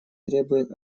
требуют